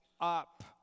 up